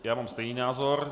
Já mám stejný názor.